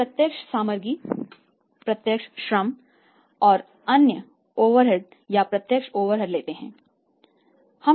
हम प्रत्यक्ष सामग्री प्रत्यक्ष श्रम और अन्य ओवरहेड या प्रत्यक्ष ओवरहेड लेते हैं